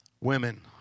Women